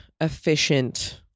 efficient